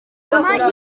n’ubwonko